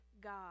God